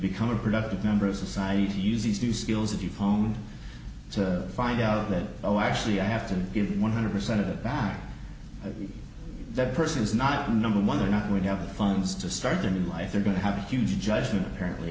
become a productive member of society to use these new skills that you've honed to find out that oh actually i have to give one hundred percent of it back to that person is not number one they're not going to have the funds to start in life they're going to have a huge judgment apparently